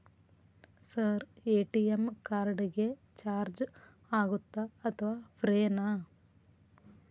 Sir ATM card ಗೆ charge ಆಗುತ್ತಾ ಅಥವಾ ಫ್ರೇ ನಾ?